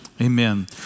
amen